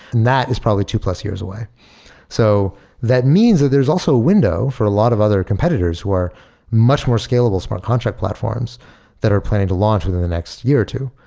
and that is probably two plus years away so that means that there's also a window for a lot of other competitors where much more scalable smart contract platforms that are planning to launch within the next year or two.